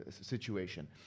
situation